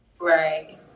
Right